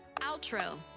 Outro